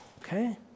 okay